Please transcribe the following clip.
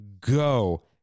go